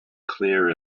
clear